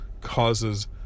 causes